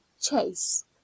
Chase